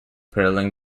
paralleling